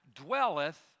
dwelleth